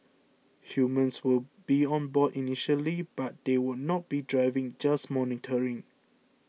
humans will be on board initially but they will not be driving just monitoring